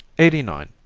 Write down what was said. eighty nine.